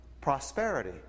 prosperity